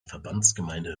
verbandsgemeinde